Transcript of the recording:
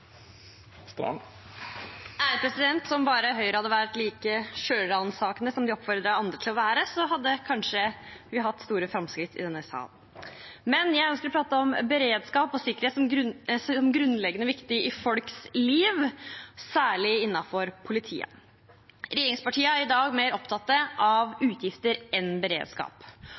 fikk tidligere. Om bare Høyre hadde vært like selvransakende som de oppfordrer andre til å være, hadde vi kanskje gjort store framskritt i denne sal. Men jeg ønsker å prate om beredskap og sikkerhet som grunnleggende viktig i folks liv, særlig innenfor politiet. Regjeringspartiene er i dag mer opptatt av utgifter enn beredskap.